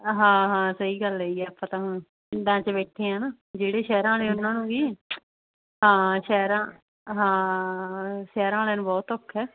ਹਾਂ ਹਾਂ ਸਹੀ ਗੱਲ ਹੈ ਜੀ ਆਪਾਂ ਤਾਂ ਹੁਣ ਪਿੰਡਾਂ 'ਚ ਬੈਠੇ ਹਾਂ ਨਾ ਜਿਹੜੇ ਸ਼ਹਿਰਾਂ ਵਾਲੇ ਉਹਨਾਂ ਨੂੰ ਵੀ ਹਾਂ ਸ਼ਹਿਰਾਂ ਹਾਂ ਸ਼ਹਿਰਾਂ ਵਾਲਿਆਂ ਨੂੰ ਬਹੁਤ ਔਖਾ